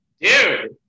dude